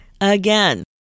again